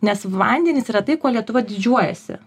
nes vandenys yra tai kuo lietuva didžiuojasi